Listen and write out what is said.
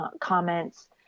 comments